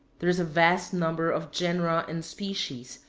there is a vast number of genera and species,